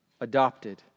adopted